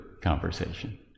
conversation